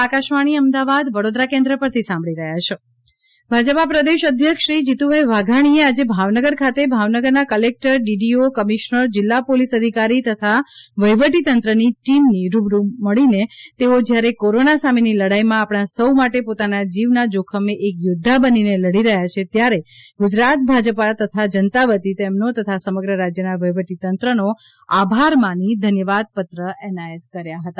ભાજપ ભાજપા પ્રદેશ અધ્યક્ષશ્રી જીતુભાઇ વાઘાણીએ આજરોજ ભાવનગર ખાતે ભાવનગરના કલેકટર ડીડીઓ કમિશનર જિલ્લા પોલીસ અધિકારી તથા વહીવટી તંત્રની ટીમને રૂબરૂ મળી તેઓ જ્યારે કોરોના સામેની લડાઈમાં આપણા સૌ માટે પોતાના જીવના જોખમે એક યોદ્ધા બનીને લડી રહ્યા છે ત્યારે ગુજરાત ભાજપા તથા જનતા વતી તેમનો તથા સમગ્ર રાજ્યના વહીવટી તંત્રનો આભાર માની ધન્યવાદપત્ર એનાયત કર્યા હતા